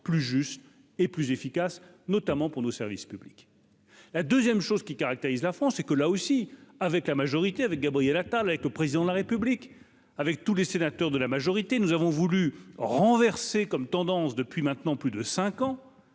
plus juste et plus efficace, notamment pour nos services publics, la 2ème chose qui caractérise la France et que, là aussi avec la majorité avec Gabriel Attal avec le président de la République, avec tous les sénateurs de la majorité, nous avons voulu renverser comme tendance depuis maintenant plus de 5 ans,